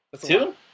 Two